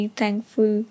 thankful